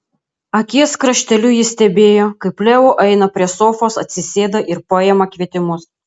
akies krašteliu ji stebėjo kaip leo eina prie sofos atsisėda ir paima kvietimus